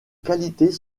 qualités